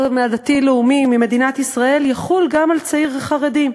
מדתי-לאומי במדינת ישראל יחול גם על צעיר חרדי,